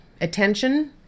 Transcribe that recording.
attention